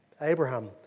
Abraham